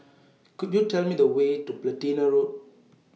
Could YOU Tell Me The Way to Platina Road